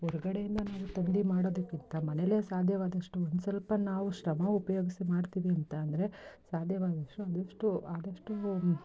ಹೊರಗಡೆಯಿಂದ ನಾವು ತಂದು ಮಾಡೋದಕ್ಕಿಂತ ಮನೆಲೇ ಸಾಧ್ಯ ವಾದಷ್ಟು ಒಂದ್ಸಲ್ಪ ನಾವು ಶ್ರಮ ಉಪಯೋಗಿಸಿ ಮಾಡ್ತೀವಿ ಅಂತ ಅಂದ್ರೆ ಸಾಧ್ಯವಾದಷ್ಟು ಆದಷ್ಟು ಆದಷ್ಟೂ